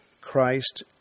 Christ